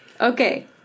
Okay